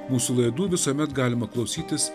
mūsų laidų visuomet galima klausytis